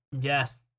yes